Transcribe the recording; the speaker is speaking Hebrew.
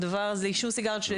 שלעישון סיגריות,